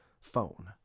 phone